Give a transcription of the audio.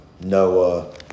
Noah